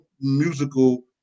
musical